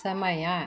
ಸಮಯ